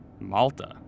Malta